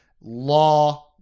law